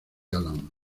alan